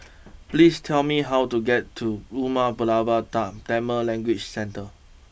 please tell me how to get to Umar Pulavar Tam Tamil Language Centre